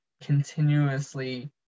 continuously